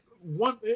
one